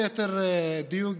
ליתר דיוק,